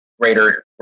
greater